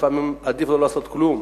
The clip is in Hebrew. לפעמים עדיף לא לעשות כלום,